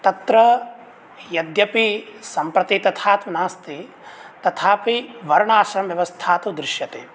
तत्र यद्यपि सम्प्रति तथा तु नास्ति तथापि वर्णाश्रमव्यवस्था तु दृश्यते